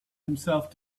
himself